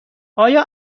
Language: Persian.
آیا